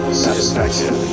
satisfaction